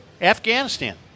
Afghanistan